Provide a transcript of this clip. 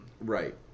Right